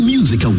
Music